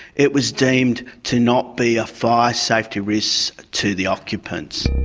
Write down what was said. it was deemed to not be a fire safety risk to the occupants.